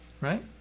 Right